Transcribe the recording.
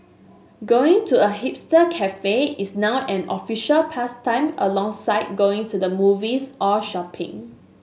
going to a hipster cafe is now an official pastime alongside going to the movies or shopping